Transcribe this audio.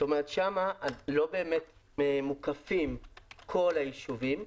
כלומר שם לא באמת מוקפים כל הישובים.